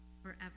forever